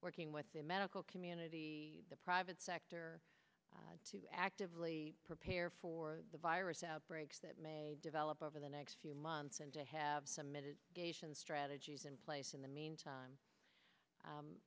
working with the medical community the private sector to actively prepare for the virus outbreaks that develop over the next few months and to have some strategies in place in the meantime